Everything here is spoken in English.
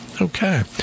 okay